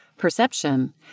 Perception